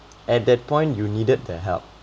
at that point you needed the help